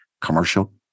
commercial